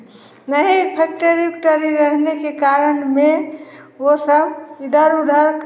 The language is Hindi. नहीं फैक्टरी वेक्टरी रहने के कारण में वे सब इधर उधर